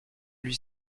lui